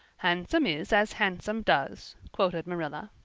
handsome is as handsome does, quoted marilla.